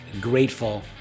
grateful